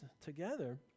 together